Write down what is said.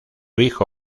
hijo